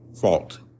fault